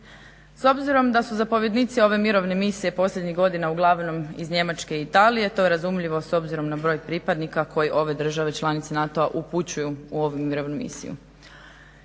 S obzirom da su zapovjednici ove mirovne misije posljednjih godina uglavnom iz Njemačke i Italije to je razumljivo s obzirom na broj pripadnika koji ove države članice NATO-a upućuju u ovu mirovnu misiju.